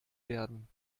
werden